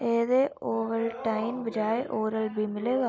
एह्दे ओवलटाईन बजाए oral B मिलेगा